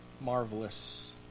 marvelous